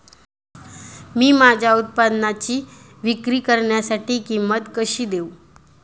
मी माझ्या उत्पादनाची विक्री करण्यासाठी किंमत कशी देऊ?